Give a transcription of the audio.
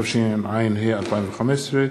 התשע"ה 2015,